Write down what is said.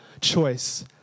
choice